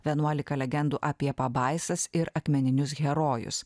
vienuolika legendų apie pabaisas ir akmeninius herojus